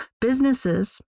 Businesses